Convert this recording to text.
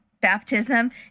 baptism